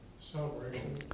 Celebration